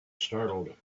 startled